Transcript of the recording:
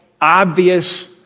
obvious